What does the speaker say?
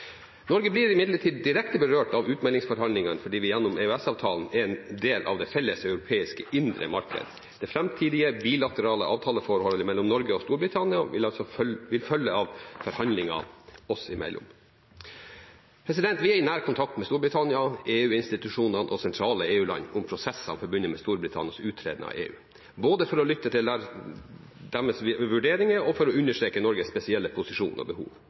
Norge blir imidlertid direkte berørt av utmeldingsforhandlingene fordi vi gjennom EØS-avtalen er en del av det felles europeiske indre markedet. Det framtidige bilaterale avtaleforholdet mellom Norge og Storbritannia vil altså følge av forhandlinger oss imellom. Vi er i nær kontakt med Storbritannia, EU-institusjonene og sentrale EU-land om prosessene forbundet med Storbritannias uttreden av EU – både for å lytte til deres vurderinger og for å understreke Norges spesielle posisjon og behov.